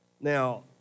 Now